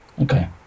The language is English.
Okay